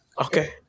Okay